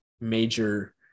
major